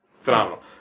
phenomenal